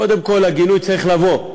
קודם כול, הגינוי צריך לבוא.